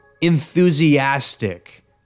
enthusiastic